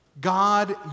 God